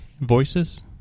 voices